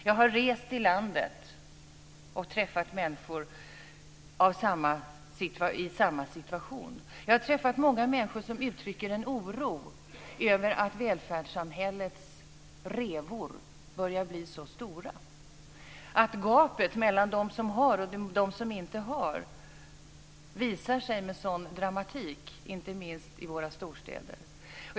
Jag har också rest i landet och träffat människor i samma situation och har då mött många människor som uttrycker en oro över att välfärdssamhällets revor börjar bli så stora att gapet mellan dem som har och dem som inte har visar sig med en sådan dramatik, inte minst i våra storstäder.